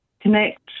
connect